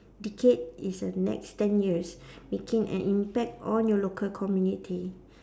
decade is a next ten years making an impact on your local community